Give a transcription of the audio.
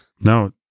No